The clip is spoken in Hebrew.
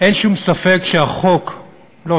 אין שום ספק שהחוק לא,